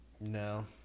No